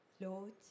Lord